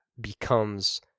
becomes